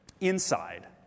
inside